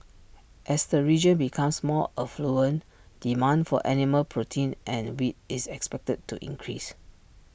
as the region becomes more affluent demand for animal protein and wheat is expected to increase